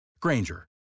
Granger